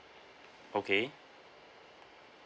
okay